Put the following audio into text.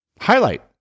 Highlight